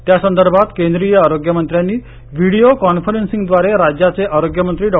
त्यासंदर्भात केंद्रीय आरोग्यमंत्र्यांनी व्हिडिओ कॉन्फरन्सिंगद्वारे राज्याचे आरोग्यमंत्री डॉ